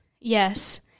Yes